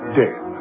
dead